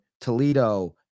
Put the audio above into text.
Toledo